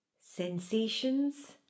Sensations